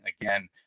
again